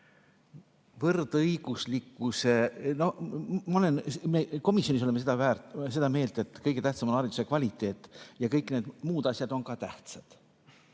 ma halvasti ütlen. Me komisjonis oleme seda meelt, et kõige tähtsam on hariduse kvaliteet ja kõik need muud asjad on ka tähtsad,